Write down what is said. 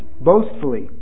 boastfully